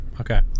Okay